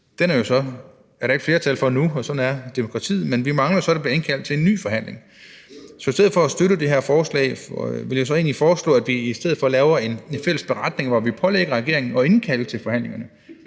Den er der så ikke flertal for nu, og sådan er demokratiet. Men vi mangler så, at der bliver indkaldt til en ny forhandling. Så i stedet for at støtte det her forslag vil jeg egentlig foreslå, at vi i stedet for laver en fælles beretning, hvor vi pålægger regeringen at indkalde til forhandlinger.